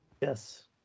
Yes